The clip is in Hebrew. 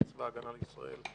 צבא הגנה לישראל.